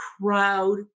crowd